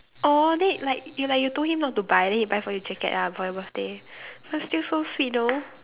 oh then like you like you told him not to buy then he buy for you the jacket ah for your birthday but still so sweet though